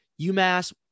UMass